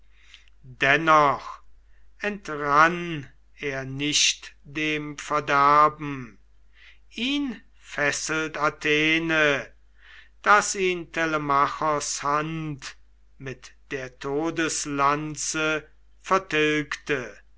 dennoch entrann er nicht dem verderben ihn fesselt athene daß ihn telemachos hand mit der todeslanze vertilgte